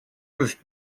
was